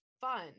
fun